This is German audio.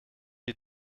die